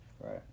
Right